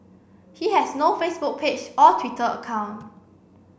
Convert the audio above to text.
he has no Facebook page or Twitter account